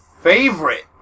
favorite